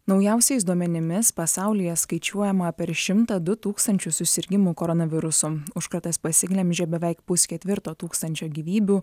naujausiais duomenimis pasaulyje skaičiuojama per šimtą du tūkstančius susirgimų koronavirusu užkratas pasiglemžė beveik pusketvirto tūkstančio gyvybių